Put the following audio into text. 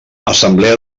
assemblea